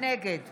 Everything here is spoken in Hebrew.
נגד